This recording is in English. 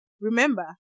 remember